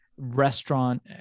restaurant